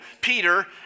Peter